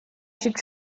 should